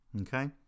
Okay